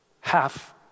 half